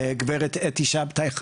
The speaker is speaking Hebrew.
גב' אתי שבתאי,